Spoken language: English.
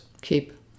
Keep